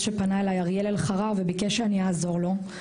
שפנה אליי אריאל אלחרר וביקש שאני יעזור לו.